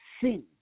sin